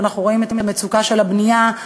כשאנחנו רואים את המצוקה של ענף הבנייה,